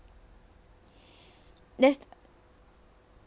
there's